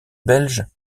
belge